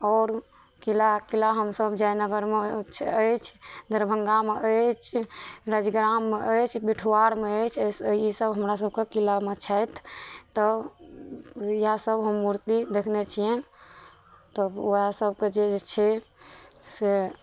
आओर किला किला हमसब जयनगरमे अछि दरभंगामे अछि राजग्राममे अछि बिठुआरमे अछि ई सब हमरा सबके किलामे छथि तऽ इएह सब हम मूर्ति देखने छियनि तब वएह सबके जे छै से